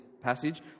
passage